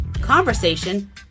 conversation